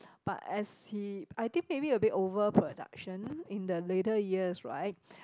but as he I think maybe a bit over production in the later years right